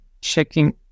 checking